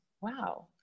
Wow